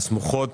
בשבוע שעבר